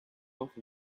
off